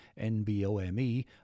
NBOME